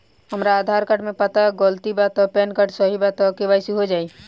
हमरा आधार कार्ड मे पता गलती बा त पैन कार्ड सही बा त के.वाइ.सी हो जायी?